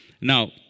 Now